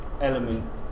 element